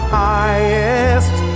highest